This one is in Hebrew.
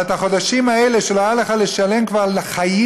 אבל את החודשים האלה שלא היה לך לשלם כבר חייתי,